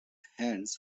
hands